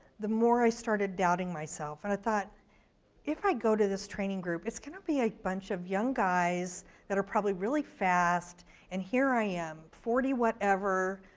the more i started doubting myself. and i thought if i go to this training group, it's gonna be a bunch of young guys that are probably really fast and here i am, forty whatever,